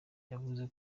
yavuze